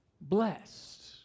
Blessed